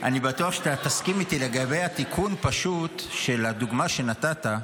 אני בטוח שאתה תסכים איתי לגבי התיקון של הדוגמה שנתת,